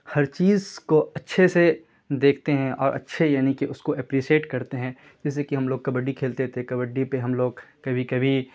ہر چیز کو اچھے سے دیکھتے ہیں اور اچھے یعنی کہ اس کو اپریسیٹ کرتے ہیں جیسے کہ ہم لوگ کبڈی کھیلتے تھے کبڈی پہ ہم لوگ کبھی کبھی